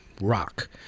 rock